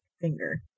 finger